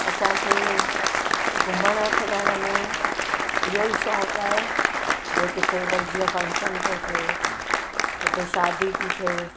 असांखे घुमण फिरण में इहो ई शौक़ु आहे जो किथे भई जीअं फंक्शन थो थिए किथे शादी थी थिए